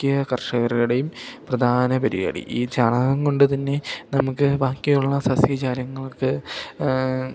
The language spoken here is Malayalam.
മിക്ക് കർഷകരുടയും പ്രധാന പരിപാടി ഈ ചാണകം കൊണ്ടു തന്നെ നമുക്ക് ബാക്കിയുള്ള സസ്യജാലങ്ങൾക്ക്